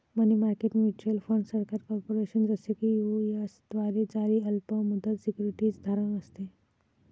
मनी market mutual fund सरकार, corporation, जसे की यू.एस द्वारे जारी अल्प मुदत सिक्युरिटीज धारण असते